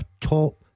top